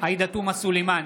עאידה תומא סלימאן,